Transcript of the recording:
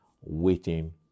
waiting